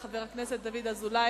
לפחות מבחינתי זה קצת מועיל.